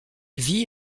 vit